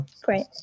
Great